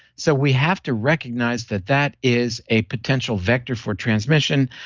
so we have to recognize that that is a potential vector for transmission.